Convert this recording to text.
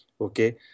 Okay